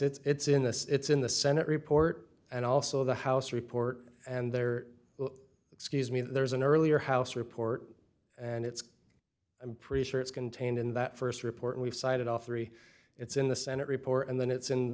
yes it's in this it's in the senate report and also the house report and there excuse me there was an earlier house report and it's i'm pretty sure it's contained in that st report and we've cited all three it's in the senate report and then it's in